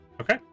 Okay